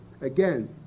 Again